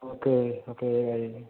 okay okay bye